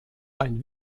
ein